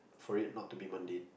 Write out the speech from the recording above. for it not be mundane